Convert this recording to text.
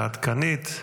העדכנית,